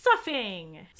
Suffing